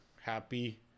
happy